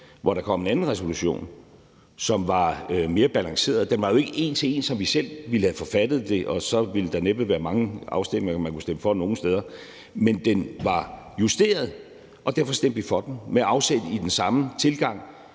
hvor der kom en anden resolution, som var mere balanceret. Den var jo ikke en til en, som vi selv ville have forfattet den; så ville der næppe være mange ting, man kunne stemme for nogen steder. Men den var justeret, og derfor stemte vi for den – med afsæt i den samme tilgang,